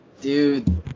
Dude